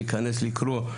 להיכנס לקרוא,